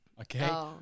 okay